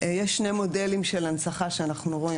יש שני מדלים של הנצחה שאנחנו רואים,